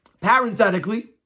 Parenthetically